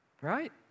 Right